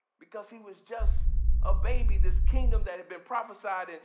because he was just a baby, this kingdom that had been prophesied. and